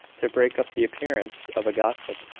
to break up the appearance of a gossip,